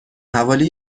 حوالی